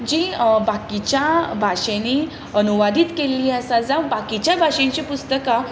जीं बाकीच्या भाशेनीं अनुवादीत केल्ली आसा जावं बाकीच्या भाशेचीं पुस्तकां